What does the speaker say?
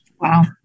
Wow